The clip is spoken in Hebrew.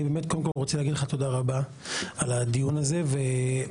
אני רוצה קודם כל לומר לך תודה רבה על הדיון הזה ועל